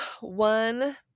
one